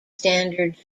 standard